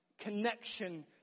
connection